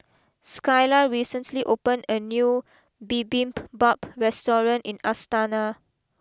Skyla recently opened a new Bibimbap restaurant in Astana